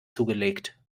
zugelegt